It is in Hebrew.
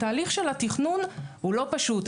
התהליך של התכנון הוא לא פשוט,